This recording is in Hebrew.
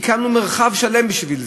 הקמנו מרחב שלם בשביל זה: